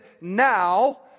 now